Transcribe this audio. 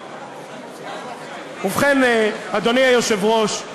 ובכן, אדוני היושב-ראש,